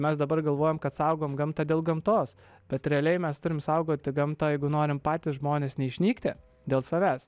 mes dabar galvojam kad saugom gamtą dėl gamtos bet realiai mes turim saugoti gamtą jeigu norim patys žmonės neišnykti dėl savęs